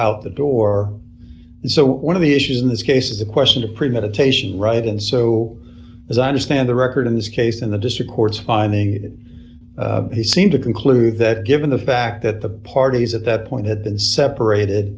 out the door so one of the issues in this case is the question of premeditation right and so as i understand the record in this case in the district court's finding it he seemed to conclude that given the fact that the parties at that point had been separated